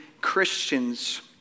Christians